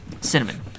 Cinnamon